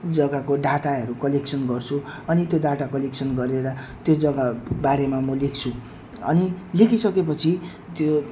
जग्गाको डाटाहरू कलेक्सन गर्छु अनि त्यो डाटा कलेक्सन गरेर त्यो जग्गाबारेमा म लेख्छु अनि लेखिसकेपछि त्यो